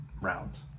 rounds